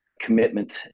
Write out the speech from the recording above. Commitment